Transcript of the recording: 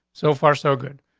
so far, so good.